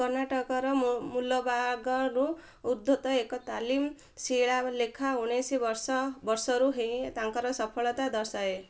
କର୍ଣ୍ଣାଟକର ମୁଲବାଗଲରୁ ଉଦ୍ଧୃତ ଏକ ତାମିଲ ଶିଳାଲେଖ ଉଣେଇଶି ବର୍ଷ ବର୍ଷରୁ ହିଁ ତାଙ୍କର ସଫଳତା ଦର୍ଶାଏ